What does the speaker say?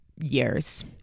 years